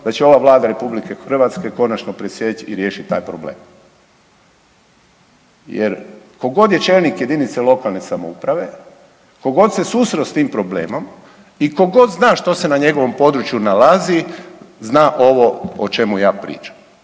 da će ova Vlada RH konačno presjeći i riješit taj problem. Jer tko god je čelnik jedinice lokalne samouprave, tko god se susreo s tim problemom i tko god zna što se na njegovom području nalazi zna ovo o čemu ja pričam